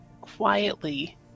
quietly